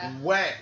wet